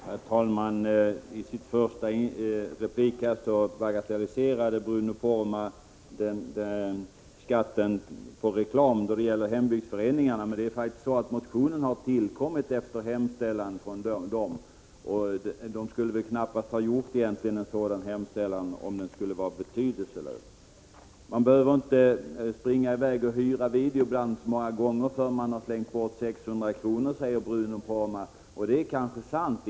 Herr talman! I sin första replik bagatelliserade Bruno Poromaa skatten på reklam för hembygdsföreningarna. Men motionen har faktiskt tillkommit efter hemställan från dem. De skulle väl knappast ha gjort en sådan hemställan om den var betydelselös. Man behöver inte springa i väg och hyra videoband många gånger förrän man har slängt bort 600 kr., säger Bruno Poromaa, och det är kanske sant.